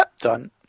done